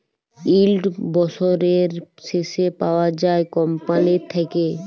yield বসরের শেষে পাউয়া যায় কম্পালির থ্যাইকে